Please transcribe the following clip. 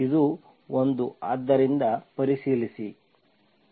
ಆದ್ದರಿಂದ ಪರಿಶೀಲಿಸಿ